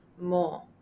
more